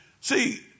See